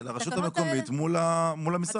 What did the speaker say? של הרשות המקומית מול המשרד.